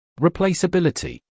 Replaceability